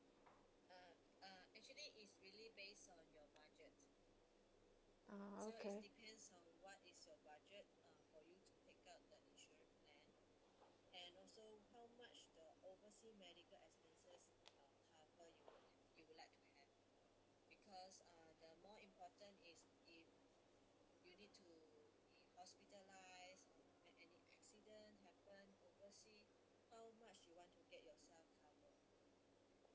okay